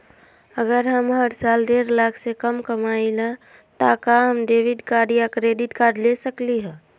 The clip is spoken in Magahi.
अगर हम हर साल डेढ़ लाख से कम कमावईले त का हम डेबिट कार्ड या क्रेडिट कार्ड ले सकली ह?